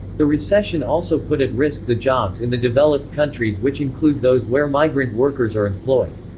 the recession also put at risk the jobs in the developed countries which include those where migrant workers are employed.